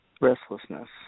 Restlessness